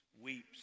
weeps